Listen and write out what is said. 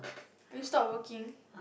are you stop working